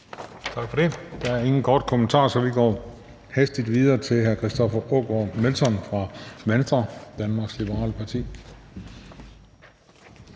Tak for det. Der er ingen korte bemærkninger, så vi går hastigt videre til hr. Christoffer Aagaard Melson fra Venstre, Danmarks Liberale Parti.